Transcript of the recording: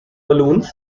balloons